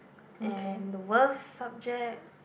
and the worst subject